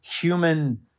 human